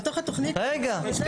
בחוק התקציב.